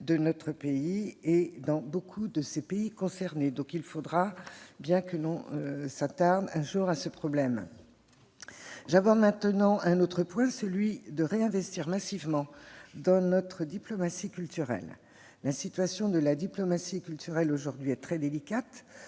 de notre pays dans les pays concernés. Il faudra bien qu'on s'attelle un jour à ce problème. J'aborde maintenant un autre point : la nécessité de réinvestir massivement dans notre diplomatie culturelle. La situation de la diplomatie culturelle aujourd'hui est très délicate.